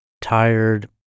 tired